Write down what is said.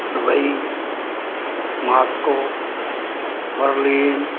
Dubai Moscow Berlin